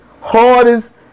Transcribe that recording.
hardest